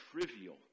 trivial